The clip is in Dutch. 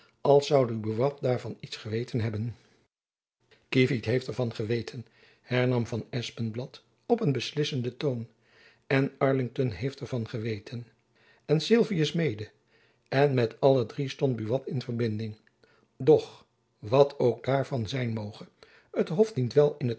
als zoude buat daarvan iets geweten hebben kievit heeft er van geweten hernam van espenblad op een beslissenden toon en arlington heeft er van geweten en sylvius mede en met alle drie stond buat in verbinding doch wat ook daarvan zijn moge het hof dient wel in